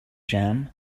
jam